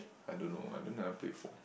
I don't know I don't if I played before